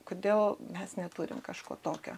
kodėl mes neturim kažko tokio